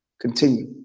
Continue